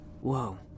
Whoa